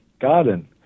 Garden